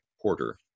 Porter